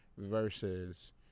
Versus